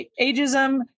ageism